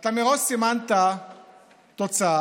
אתה מראש סימנת תוצאה,